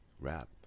wrap